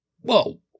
Whoa